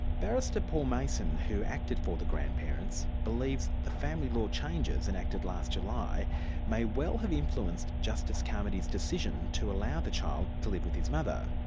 barrister paul mason who acted for the grandparents, believes the family law changes enacted last july may well have influenced justice carmody's decision to allow the child to live with his mother,